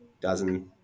dozen